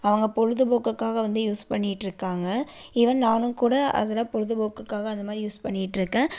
அவங்க பொழுதுபோக்குக்காக வந்து யூஸ் பண்ணிகிட்டு இருக்காங்க ஈவென் நானு கூட அதில் பொழுதுபோக்குக்காக அந்தமாதிரி யூஸ் பண்ணிகிட்டு இருக்கேன்